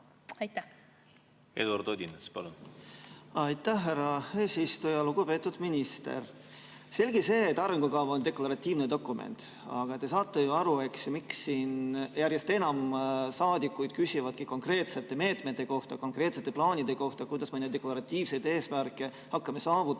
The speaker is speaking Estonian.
saada. Eduard Odinets, palun! Aitäh, härra eesistuja! Lugupeetud minister! Selge see, et arengukava on deklaratiivne dokument, aga te saate ju aru, eks, miks järjest enam saadikuid siin küsib konkreetsete meetmete kohta, konkreetsete plaanide kohta, kuidas me hakkame neid deklaratiivseid eesmärke saavutama.